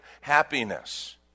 happiness